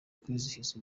kwizihiza